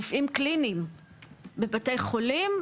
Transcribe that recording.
רופאים קליניים בבתי חולים,